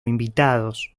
invitados